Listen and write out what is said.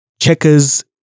checkers